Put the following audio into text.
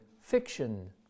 fiction